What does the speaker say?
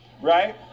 right